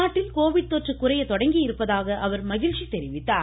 நாட்டில் கோவிட் தொற்று குறையத் தொடங்கியிருப்பதாக அவர் மகிழ்ச்சி தெரிவித்தார்